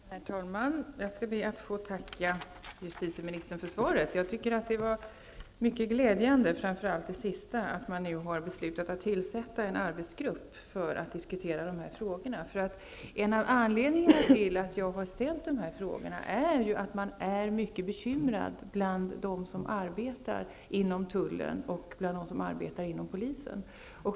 Herr talman! Jag ber att få tacka justitieministern för svaret. Framför allt det sista som sades var mycket glädjande, nämligen att regeringen nu har beslutat att tillsätta en arbetsgrupp för att diskutera dessa frågor. En av anledningarna till att jag har ställt interpellationen är att de som arbetar inom tullen och polisen är mycket bekymrade.